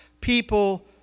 people